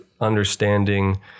understanding